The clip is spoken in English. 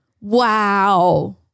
Wow